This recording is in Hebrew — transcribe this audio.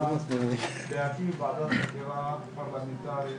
להקים ועדת חקירה פרלמנטרית